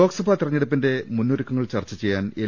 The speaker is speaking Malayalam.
ലോകസഭാ തിരഞ്ഞെടുപ്പിന്റെ മുന്നൊരുക്കങ്ങൾ ചർച്ച ചെയ്യാൻ എൽ